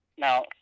Now